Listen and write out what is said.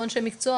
או אנשי מקצוע,